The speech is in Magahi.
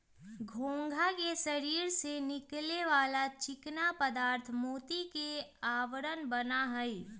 घोंघा के शरीर से निकले वाला चिकना पदार्थ मोती के आवरण बना हई